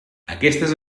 aquestes